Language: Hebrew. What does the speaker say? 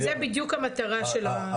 יהיו מוקדנים, זאת בדיוק המטרה של זה.